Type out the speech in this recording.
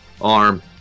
arm